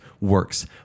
works